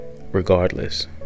regardless